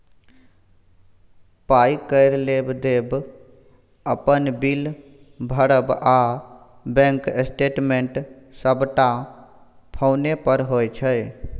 पाइ केर लेब देब, अपन बिल भरब आ बैंक स्टेटमेंट सबटा फोने पर होइ छै